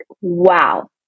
wow